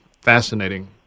fascinating